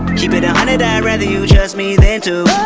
keep it a hundred i'd rather you trust me than to